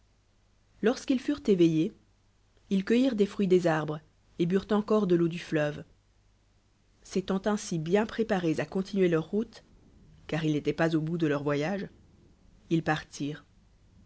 lorsqu'ils turent éveillés ils cueilliretit des u'dt's arbres et burent encore cfe l'eau du fleuve s'étant ainsi bien préparés à continuer leur route car ils n'éloient pas au bout de leur voyage ils partirent